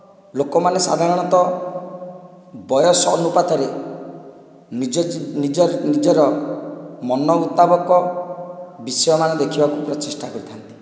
ଲୋକମାନେ ସାଧାରଣତଃ ବୟସ ଅନୁପାତରେ ନିଜ ନିଜ ନିଜର ମନ ମୁତାବକ ବିଷୟ ମାନ ଦେଖିବାକୁ ପ୍ରଚେଷ୍ଟା କରିଥାନ୍ତି